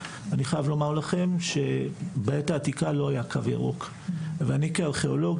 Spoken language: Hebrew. אני חייב לומר לכם שבעת העתיקה לא היה קו ירוק ואני כארכיאולוג,